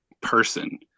person